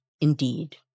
indeed